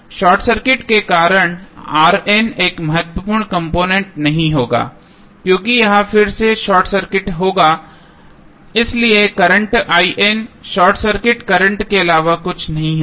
short circuit के कारण एक महत्वपूर्ण कॉम्पोनेन्ट नहीं होगा क्योंकि यह फिर से शॉर्ट सर्किटेड होगा इसलिए करंट शॉर्ट सर्किट करंट के अलावा कुछ नहीं होगी